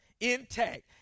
Intact